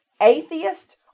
atheist